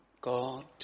God